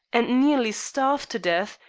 and nearly starved to death,